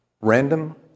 random